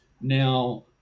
now